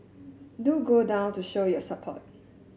do go down to show your support